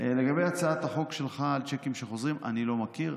לגבי הצעת החוק שלך על צ'קים חוזרים, אני לא מכיר.